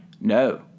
No